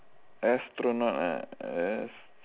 astronaut ah yes